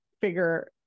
figure